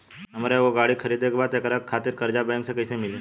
हमरा एगो गाड़ी खरीदे के बा त एकरा खातिर कर्जा बैंक से कईसे मिली?